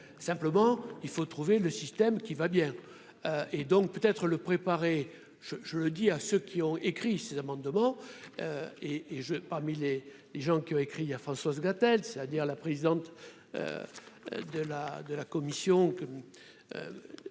simplement il faut trouver le système qui va bien et donc peut être le préparer, je, je le dis à ceux qui ont écrit, demandes de morts et et je parmi les gens qui ont écrit à Françoise Gatel, c'est à dire la présidente de la de la commission